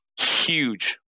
huge